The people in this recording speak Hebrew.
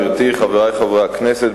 חברי חברי הכנסת,